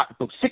six